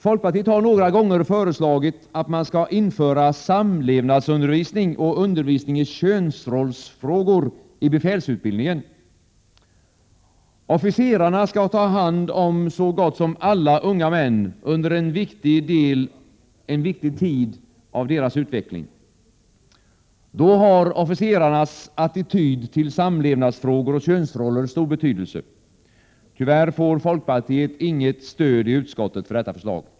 Folkpartiet har några gånger föreslagit att man skall införa samlevnadsundervisning och undervisning i könsrollsfrågor i befälsutbildningen. Officerarna skall ju ta hand om så gott som alla unga män under en viktig tid av deras utveckling. Då har officerarnas egen attityd till samlevnadsfrågor och könsroller stor betydelse. Tyvärr får folkpartiet inget stöd i utskottet för detta förslag.